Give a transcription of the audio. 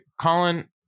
Colin